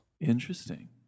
interesting